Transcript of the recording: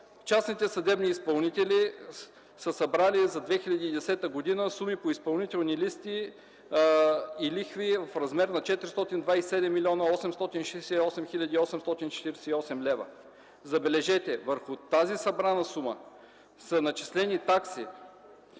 Частните съдебни изпълнители са събрали за 2010 г. суми по изпълнителни листи и лихви в размер на 427 млн. 868 хил. 848 лв. Забележете, върху тази събрана сума са начислени такси